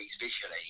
visually